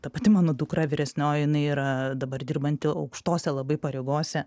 ta pati mano dukra vyresnioji jinai yra dabar dirbanti aukštose labai pareigose